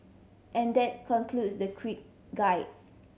and that concludes the quick guide